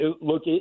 look